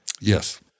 Yes